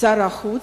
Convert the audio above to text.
שר החוץ,